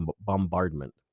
bombardment